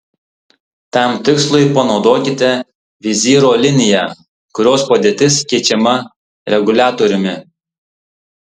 tam tikslui panaudokite vizyro liniją kurios padėtis keičiama reguliatoriumi